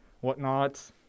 whatnot